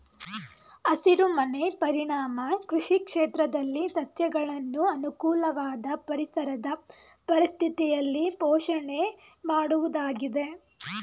ಹಸಿರುಮನೆ ಪರಿಣಾಮ ಕೃಷಿ ಕ್ಷೇತ್ರದಲ್ಲಿ ಸಸ್ಯಗಳನ್ನು ಅನುಕೂಲವಾದ ಪರಿಸರದ ಪರಿಸ್ಥಿತಿಯಲ್ಲಿ ಪೋಷಣೆ ಮಾಡುವುದಾಗಿದೆ